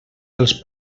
dels